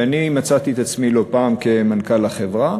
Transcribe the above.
ואני מצאתי את עצמי לא פעם כמנכ"ל החברה